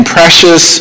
precious